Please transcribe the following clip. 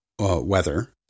weather